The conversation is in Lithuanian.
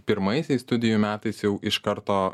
pirmaisiais studijų metais jau iš karto